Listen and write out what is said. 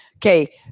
Okay